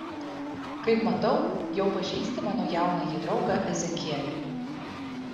kaip matau jau pažįsti mano jaunąjį draugą ezekielį